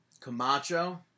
Camacho